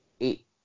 eight